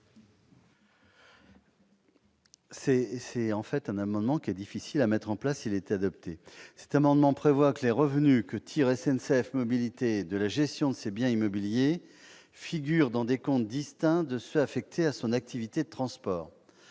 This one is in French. Cet amendement serait difficile à mettre en oeuvre s'il était adopté. Il tend à prévoir que les revenus que tire SNCF Mobilités de la gestion de ses biens immobiliers figurent dans des comptes distincts de ceux qui sont affectés à son activité de transport.